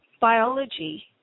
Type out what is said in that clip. biology